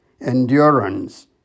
endurance